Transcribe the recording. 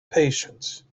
patients